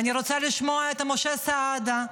ואני רוצה לשמוע את משה סעדה,